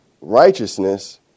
righteousness